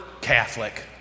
Catholic